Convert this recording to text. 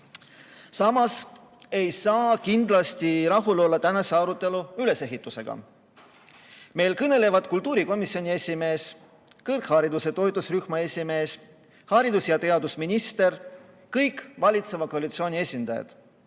Samas ei saa kindlasti rahul olla tänase arutelu ülesehitusega. Meil kõnelevad kultuurikomisjoni esimees, kõrghariduse toetusrühma esimees, haridus‑ ja teadusminister – kõik valitseva koalitsiooni esindajad,